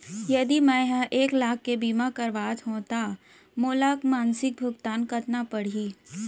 यदि मैं ह एक लाख के बीमा करवात हो त मोला मासिक भुगतान कतना पड़ही?